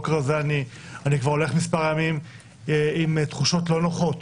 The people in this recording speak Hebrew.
הולך כבר מספר ימים עם תחושות לא נוחות